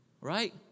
Right